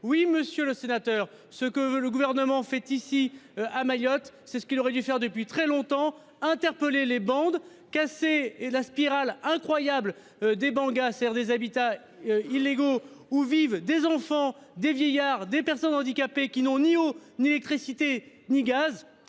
Oui, monsieur le sénateur. Ce que veut le gouvernement fait ici à Mayotte. C'est ce qu'il aurait dû faire depuis très longtemps. Interpellé les bandes cassé et la spirale incroyable des bangas sert des habitats. Illégaux où vivent des enfants, des vieillards, des personnes handicapées qui n'ont ni eau ni électricité, ni gaz.